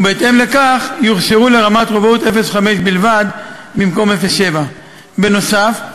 ובהתאם לכך יוכשרו לרמת רובאות 05 בלבד במקום רמה 07. בנוסף,